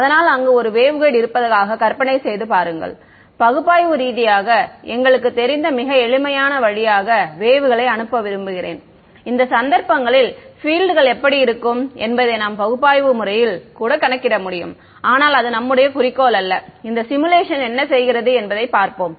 அதனால் அங்கு ஒரு வேவ்கைடு இருப்பதாக கற்பனை செய்து பாருங்கள் பகுப்பாய்வு ரீதியாக எங்களுக்குத் தெரிந்த மிக எளிமையான வழியாக வேவ்களை அனுப்ப விரும்புகிறேன் இந்த சந்தர்ப்பங்களில் பீல்ட் கள் எப்படி இருக்கும் என்பதை நாம் பகுப்பாய்வு முறையில் கூட கணக்கிட முடியும் ஆனால் அது நம்முடைய குறிக்கோள் அல்ல இந்த சிமுலேஷன் என்ன செய்கிறது என்பதைப் பார்ப்போம்